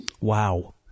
Wow